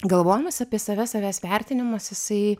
galvojimas apie save savęs vertinimas jisai